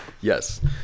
yes